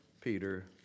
Peter